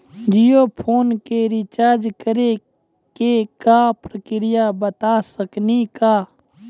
Jio phone के recharge करे के का प्रक्रिया बता साकिनी का?